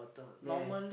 yes